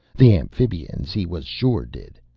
the amphibians, he was sure, did.